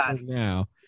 now